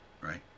right